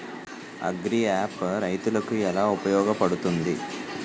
Agri app రైతులకి ఏలా ఉపయోగ పడుతుంది?